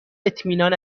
اطمینان